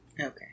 Okay